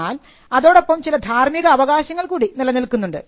എന്നാൽ അതോടൊപ്പം ചില ധാർമിക അവകാശങ്ങൾ കൂടി നിലനിൽക്കുന്നുണ്ട്